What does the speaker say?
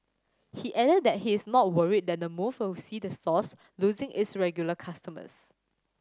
he added that he is not worried that the move will see the source losing its regular customers